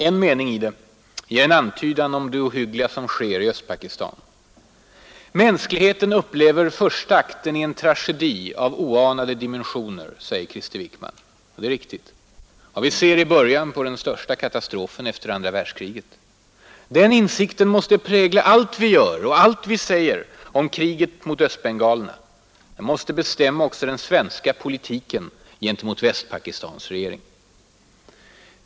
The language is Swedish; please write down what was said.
En mening i det ger en antydan om det ohyggliga som sker i Östpakistan. ”Mänskligheten upplever första akten i en tragedi av oanade dimensio er”, säger Krister Wickman. Det är riktigt: vad vi ser är början på den största katastrofen efter det andra världskriget. Den insikten måste prägla allt vi gör och allt vi säger om kriget mot östbengalerna. Den måste bestämma också den svenska politiken gentemot Västpakistans regering.